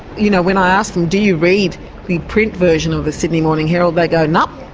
you know, when i ask them, do you read the print version of the sydney morning herald they go, nah.